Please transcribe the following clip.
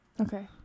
Okay